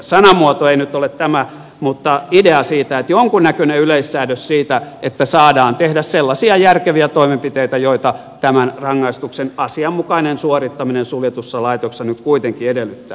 sanamuoto ei nyt ole tämä mutta idea siitä että olisi jonkunnäköinen yleissäädös siitä että saadaan tehdä sellaisia järkeviä toimenpiteitä joita tämän rangaistuksen asianmukainen suorittaminen suljetussa laitoksessa nyt kuitenkin edellyttää